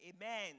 Amen